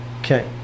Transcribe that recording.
okay